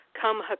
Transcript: Come